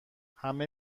همه